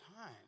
time